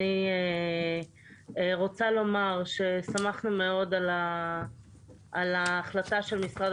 אני רוצה לומר ששמחנו מאוד על ההחלטה של משרד